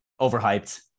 Overhyped